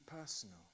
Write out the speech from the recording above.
personal